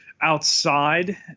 Outside